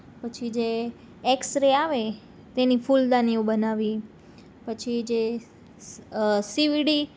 પછી જે એકસરે આવે તેની ફૂલ દાનિઓ બનાવી પછી જે વીસીડી